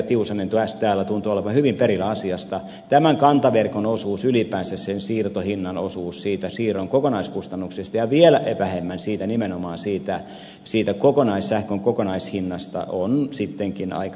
tiusanen taas täällä tuntui olevan hyvin perillä asiasta että tämä kantaverkon osuus ylipäänsä siirtohinnan osuus siirron kokonaiskustannuksista ja vielä vähemmän nimenomaan sähkön kokonaishinnasta on sittenkin aika vähäinen